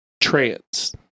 Trance